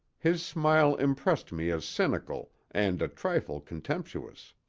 his smile impressed me as cynical and a trifle contemptuous.